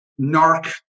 narc